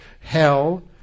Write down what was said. hell